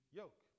yoke